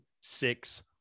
Six